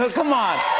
ah come on!